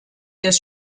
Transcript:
des